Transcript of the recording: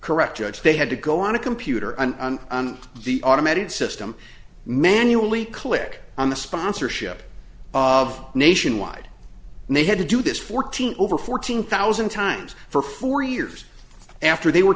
correct judge they had to go on a computer and on the automated system manually click on the sponsorship of nationwide and they had to do this fourteen over fourteen thousand times for four years after they were